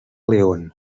león